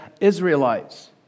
Israelites